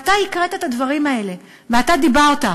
ואתה הקראת את הדברים האלה ואתה דיברת.